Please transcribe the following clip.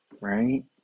right